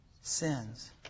Sins